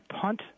punt